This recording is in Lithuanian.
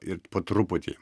ir po truputį